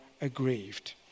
aggrieved